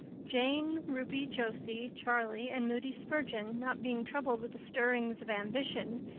jane, ruby, josie, charlie, and moody spurgeon, not being troubled with the stirrings of ambition,